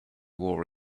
war